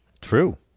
True